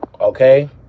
okay